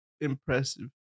Impressive